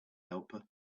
helper